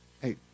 Hey